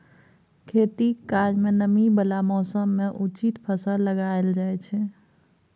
खेतीक काज मे नमी बला मौसम मे उचित फसल लगाएल जाइ छै